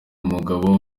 umugabo